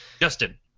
Justin